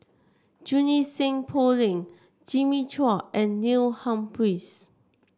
Junie Sng Poh Leng Jimmy Chua and Neil Humphreys